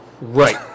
Right